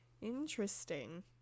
Interesting